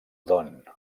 don